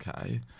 okay